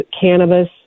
cannabis